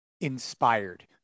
inspired